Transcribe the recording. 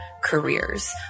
Careers